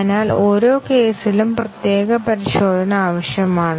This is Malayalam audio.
അതിനാൽ ഓരോ കേസിലും പ്രത്യേക പരിശോധന ആവശ്യമാണ്